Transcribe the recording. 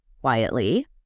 quietly